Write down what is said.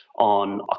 on